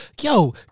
Yo